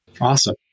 Awesome